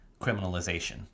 criminalization